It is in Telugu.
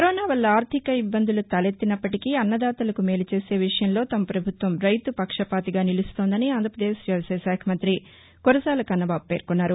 కరోనా వల్ల ఆర్ధిక ఇబ్బందులు తలెత్తినప్పటికీ అన్నదాతలకు మేలు చేసే విషయంలో తమ ప్రభుత్వం రైతు పక్షపాతిగా నిలుస్తోందని ఆంధ్రపదేశ్ వ్యవసాయ శాఖ మంతి కురసాల కన్నబాబు పేర్కొన్నారు